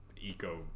eco